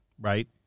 right